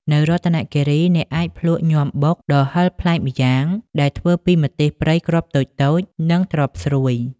នៅរតនគិរី អ្នកអាចភ្លក់ញាំបុកដ៏ហិរប្លែកម្យ៉ាង ដែលធ្វើពីម្ទេសព្រៃគ្រាប់តូចៗ និងត្រប់ស្រួយ។